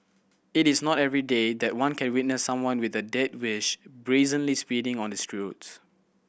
it is not everyday that one can witness someone with a death wish brazenly speeding on the roads